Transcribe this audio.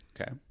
okay